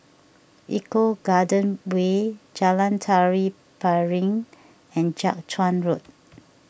Eco Garden Way Jalan Tari Piring and Jiak Chuan Road